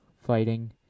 fighting